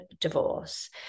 divorce